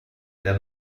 der